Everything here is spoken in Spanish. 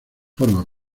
forma